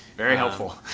very helpful.